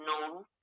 no